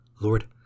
Lord